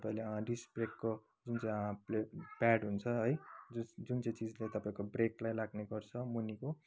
तपाईँले डिसब्रेकको है पे प्याड हुन्छ है जुन चाहिँ चिज चाहिँ तपाईँको ब्रेकमा लाग्ने गर्छ मुनिको